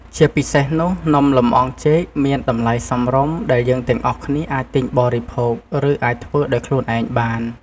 ជាពិសេសនោះ នំលម្អងចេកមានតម្លៃសមរម្យដែលយើងទាំងអស់គ្នាអាចទិញបរិភោគ ឬអាចធ្វើដោយខ្លួនឯងបាន។